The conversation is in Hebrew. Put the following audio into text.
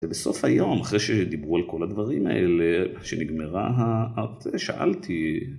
ובסוף היום אחרי שדיברו על כל הדברים האלה, שנגמרה ה..., שאלתי.